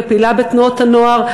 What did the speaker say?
פעילה בתנועות הנוער,